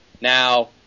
Now